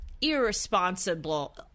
irresponsible